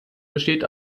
besteht